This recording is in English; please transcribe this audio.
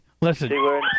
Listen